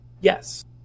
Yes